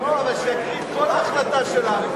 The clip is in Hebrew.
אבל שיקריא כל החלטה שלנו,